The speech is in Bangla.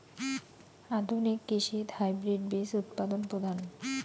আধুনিক কৃষিত হাইব্রিড বীজ উৎপাদন প্রধান